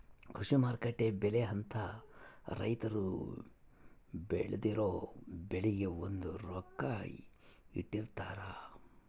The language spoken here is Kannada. ಕೃಷಿ ಮಾರುಕಟ್ಟೆ ಬೆಲೆ ಅಂತ ರೈತರು ಬೆಳ್ದಿರೊ ಬೆಳೆಗೆ ಒಂದು ರೊಕ್ಕ ಇಟ್ಟಿರ್ತಾರ